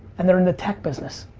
and they're in the tech business.